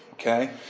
Okay